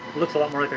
looks a lot more and